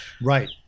right